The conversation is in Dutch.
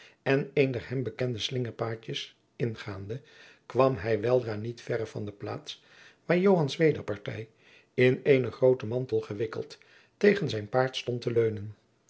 en een der hem bekende slingerpaadjens ingaande kwam hij weldra niet verre van de plaats waar joans wederpartij in eenen grooten mantel gewikkeld tegen zijn paard stond te leunen